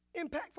impactful